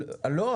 אני לא ,